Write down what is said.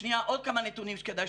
שנייה, עוד כמה נתונים כדאי שתדעו.